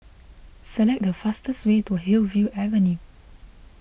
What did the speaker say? select the fastest way to Hillview Avenue